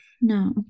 No